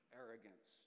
arrogance